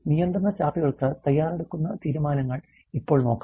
നിയന്ത്രണ ചാർട്ടുകൾക്ക് തയ്യാറെടുക്കുന്ന തീരുമാനങ്ങൾ ഇപ്പോൾ നോക്കാം